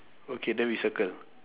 okay then we circle